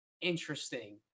interesting